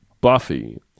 Buffy